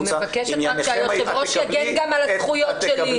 אני מבקשת שהיושב ראש יגן גם על הזכויות שלי.